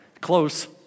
close